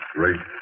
Great